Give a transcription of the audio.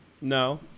no